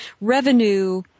revenue